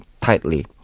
tightly